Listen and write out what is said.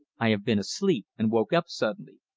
i have been asleep and woke up suddenly.